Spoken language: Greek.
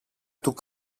του